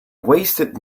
wasted